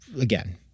again